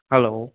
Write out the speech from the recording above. hello